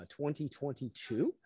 2022